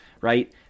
right